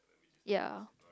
ya